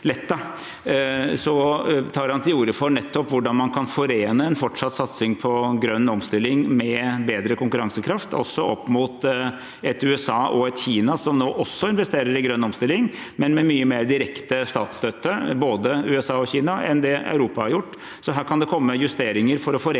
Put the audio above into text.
nettopp til orde for hvordan man kan forene en fortsatt satsing på grønn omstilling med bedre konkurransekraft, også opp mot både USA og Kina, som nå også investerer i grønn omstilling, men med mye mer direkte statsstøtte enn det Europa har gjort. Så her kan det komme justeringer for å forene